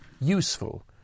Useful